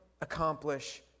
accomplish